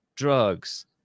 drugs